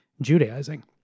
Judaizing